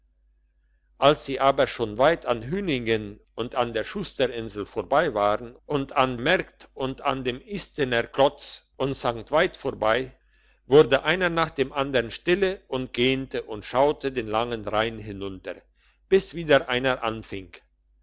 als sie aber schon weit an hüningen und an der schusterinsel vorbei waren und an märkt und an dem isteiner klotz und st veit vorbei wurde einer nach dem andern stille und gähnten und schauten den langen rhein hinunter bis wieder einer anfing